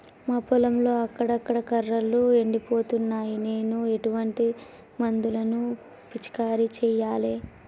మా పొలంలో అక్కడక్కడ కర్రలు ఎండిపోతున్నాయి నేను ఎటువంటి మందులను పిచికారీ చెయ్యాలే?